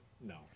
No